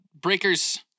Breaker's